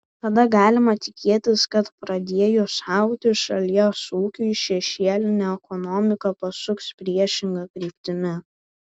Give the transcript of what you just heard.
tada galima tikėtis kad pradėjus augti šalies ūkiui šešėlinė ekonomika pasuks priešinga kryptimi